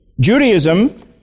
Judaism